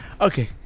okay